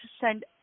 send